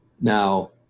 Now